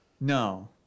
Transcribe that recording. no